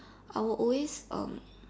I will always um